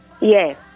Yes